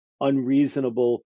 unreasonable